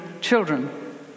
children